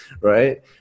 Right